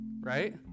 right